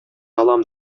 алам